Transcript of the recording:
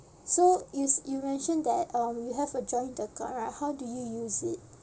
so yous you mentioned that um you have a joint account right how do you use it